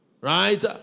Right